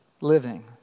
living